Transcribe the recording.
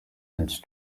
and